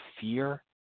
fear